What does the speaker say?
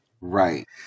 Right